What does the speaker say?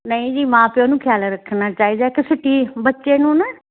ਨਹੀਂ ਜੀ ਮਾਂ ਪਿਓ ਨੂੰ ਖਿਆਲ ਰੱਖਣਾ ਚਾਹੀਦਾ ਤੁਸੀਂ ਕੀ ਬੱਚੇ ਨੂੰ ਨਾ